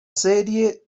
serie